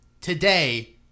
Today